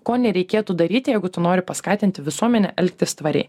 ko nereikėtų daryti jeigu tu nori paskatinti visuomenę elgtis tvariai